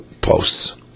posts